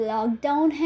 Lockdown